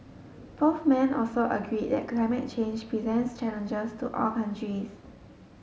both men also agreed that climate change presents challenges to all countries